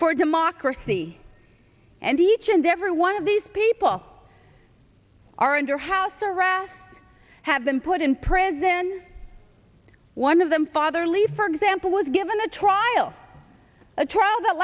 for democracy and each and every one of these people are under house arrest have been put in prison one of them fatherly for example was given a trial a trial that